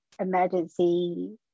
emergency